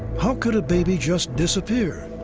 how could a baby just disappear?